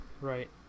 right